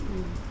ம்